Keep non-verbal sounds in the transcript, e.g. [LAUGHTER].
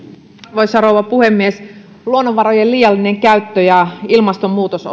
arvoisa rouva puhemies luonnonvarojen liiallinen käyttö ja ilmastonmuutos [UNINTELLIGIBLE]